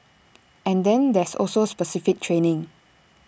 and then there's also specific training